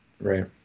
Right